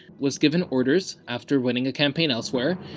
was given orders, after winning a campaign elsewhere,